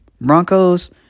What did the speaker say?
Broncos